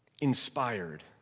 inspired